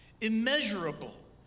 Immeasurable